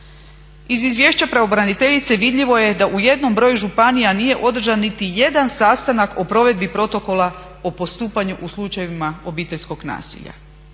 Iz izvješća pravobraniteljice vidljivo je da u jednom broju županija nije održan niti jedan sastanak o provedbi protokola o postupanju u slučajevima obiteljskog nasilja.